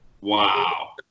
Wow